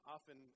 Often